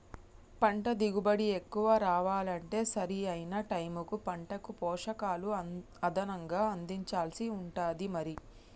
పంట దిగుబడి ఎక్కువ రావాలంటే సరి అయిన టైముకు పంటకు పోషకాలు అదనంగా అందించాల్సి ఉంటది మరి